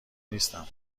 نیستم